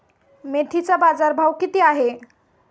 मेथीचा बाजारभाव किती आहे?